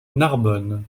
narbonne